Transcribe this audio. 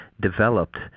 developed